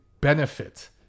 benefit